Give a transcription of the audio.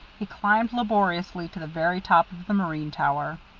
he climbed laboriously to the very top of the marine tower.